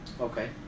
Okay